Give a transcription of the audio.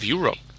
Europe